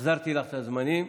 החזרתי לך את הזמנים.